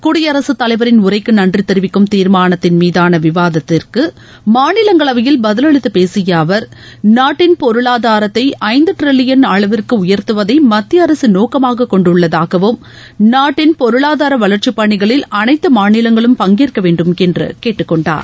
குடியரசுத் தலைவரின் உளரக்கு நன்றி தெரிவிக்கும் தீர்மானத்தின் மீதான விவாதத்திற்கு மாநிலங்களவையில் பதிலளித்து பேசிய அவர் நாட்டின் பொருளாதாரத்தை ஐந்து ட்ரில்லியன் அளவிற்கு உயர்த்துவதை மத்திய அரசு நோக்கமாக கொண்டுள்ளதாகவும் நாட்டின் பொருளாதார வளர்ச்சிப் பணிகளில் அனைத்து மாநிலங்களும் பங்கேற்க வேண்டும் என்று கேட்டுக்கொண்டார்